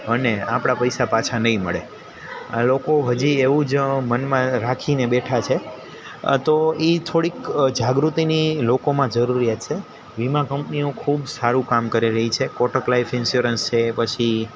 અને આપણા પૈસા પાછા નહીં મળે આ લોકો હજી એવું જ મનમાં રાખીને બેઠા છે તો એ થોડીક જાગૃતિની લોકોમાં જરૂરિયાત છે વીમા કંપનીઓ ખૂબ સારું કામ કરી રહી છે કોટક લાઈફ ઈન્સ્યોરન્સ છે પછી